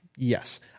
Yes